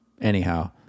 anyhow